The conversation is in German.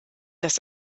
das